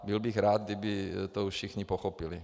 Byl bych rád, kdyby to všichni pochopili.